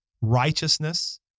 righteousness